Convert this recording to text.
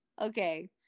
Okay